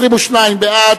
בעד,